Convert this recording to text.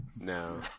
No